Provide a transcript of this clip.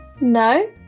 No